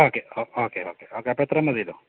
okay okay okay അപ്പോൾ ഇത്രയും മതിയല്ലോ